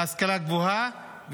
להשכלה גבוהה,